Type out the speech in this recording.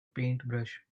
paintbrush